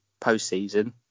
postseason